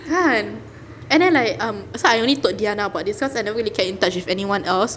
kan and then like um so I only told diana about this cause I never really get in touch with anyone else